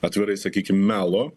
atvirai sakykim melo